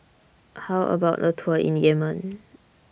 How about A Tour in Yemen